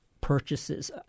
purchases